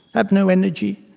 have no energy,